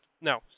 No